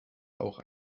auch